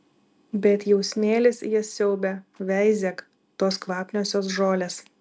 bet jau smėlis jas siaubia veizėk tos kvapniosios žolės